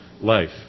life